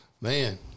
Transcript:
man